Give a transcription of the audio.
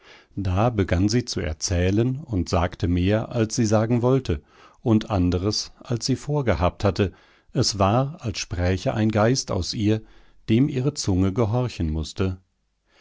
da begann sie zu erzählen und sagte mehr als sie sagen wollte und anderes als sie vorgehabt hatte es war als spräche ein geist aus ihr dem ihre zunge gehorchen mußte